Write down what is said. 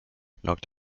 knocked